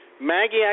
Maggie